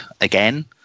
again